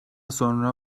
sonra